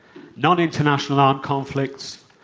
non-international armed conflicts,